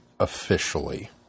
officially